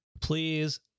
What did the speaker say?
please